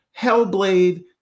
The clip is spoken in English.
Hellblade